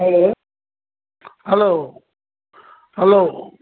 hello hello hello